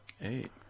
Eight